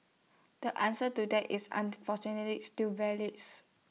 the answer to that is unfortunately still values